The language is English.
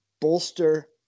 bolster